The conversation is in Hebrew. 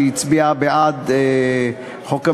שהצביעה בעד חוק המסתננים,